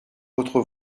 votre